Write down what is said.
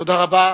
תודה רבה.